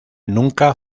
nunca